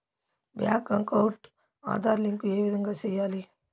Bank account Aadhaar link ఏ విధంగా సెయ్యాలి?